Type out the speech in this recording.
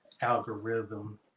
algorithm